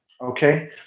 Okay